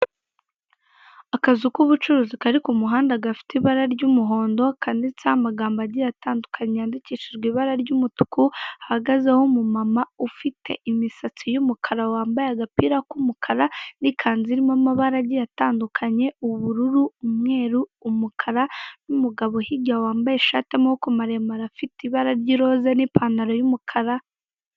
Akazu k'ubucuruzi kari ku muhanda gafite ibara ry'umuhondo, kanditseho amagambo agiye atandukanye yandikishijwe ibara ry'umutuku, hahagezeho umu mama ufite imisatsi y'umukara wambaye agapira k'umukara n'ikanzu irimo amabara agiye atandakunye: ubururu, umweru, umukara. N'umugabo hirya wambaye ishati y'amaboko maremare afite ibara ry'iroze n'ipantaro y'umukara.